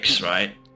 right